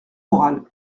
morale